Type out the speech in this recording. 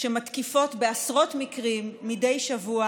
שמתקיפות בעשרות מקרים מדי שבוע